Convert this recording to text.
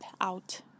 out